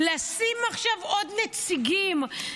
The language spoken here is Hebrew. ולשים עכשיו עוד נציגים,